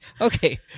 Okay